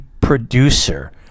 producer